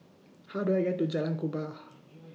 How Do I get to Jalan Kubor